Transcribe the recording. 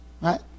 Right